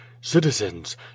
citizens